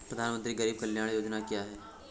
प्रधानमंत्री गरीब कल्याण योजना क्या है?